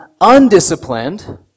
undisciplined